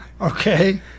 Okay